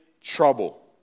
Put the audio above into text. trouble